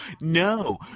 No